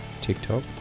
TikTok